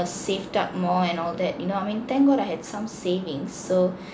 saved up more and all that you know what I mean thank god I had some savings so